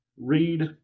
read